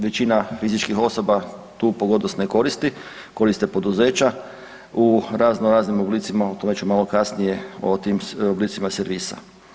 Većina fizičkih osoba tu pogodnost ne koristi, koriste poduzeća u razno raznim oblicima, o tome ću malo kasnije, o tim oblicima servisa.